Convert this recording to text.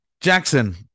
Jackson